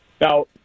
Now